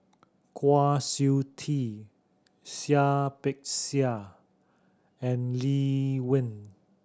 Kwa Siew Tee Seah Peck Seah and Lee Wen